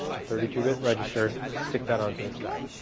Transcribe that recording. thirty two bit register, stick that on to the stack.